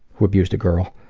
who abused a girl